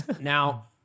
Now